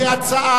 כהצעה